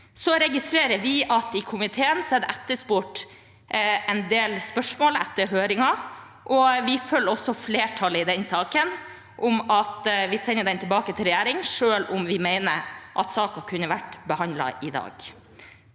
Så registrerer vi at det i komiteen er etterspurt en del spørsmål etter høringen. Vi følger flertallet i den saken, om at vi sender den tilbake til regjeringen, selv om vi mener at saken kunne vært behandlet i dag.